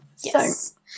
Yes